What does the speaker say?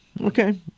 Okay